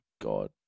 God